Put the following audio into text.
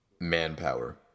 Manpower